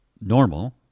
normal